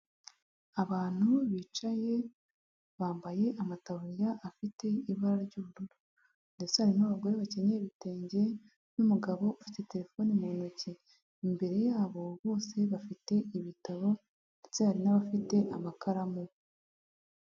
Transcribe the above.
Abantu bicaye bambaye amataburiya afite ibara ry'ubururu ndetse hari n'abagore bakenyera ibitenge n'umugabo ufite telefone mu ntoki, imbere yabo bose bafite ibitabo ndetse hari n'abafite amakaramu.